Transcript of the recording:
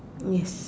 yes